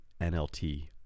NLT